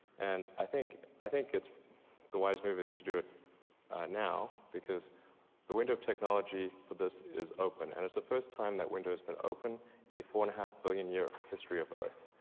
and i think i think the wise move is to do it now because the window of technology for this is open, and it's the first time that window's been open in the four and a half billion year history of earth.